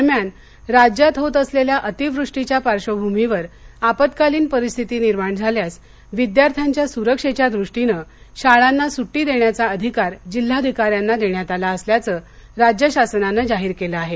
दरम्यान राज्यात होत असलेल्या अतिवृष्टीच्या पार्श्वभूमीवर आपत्कालीन परिस्थिती निर्माण झाल्यास विद्यार्थ्यांच्या सुरक्षेच्या दृष्टीने शाळांना सुट्टी देण्याचा अधिकार जिल्हाधिकाऱ्यानां देण्यात आला असल्याचं राज्य शासनानं जाहीर केलं आहे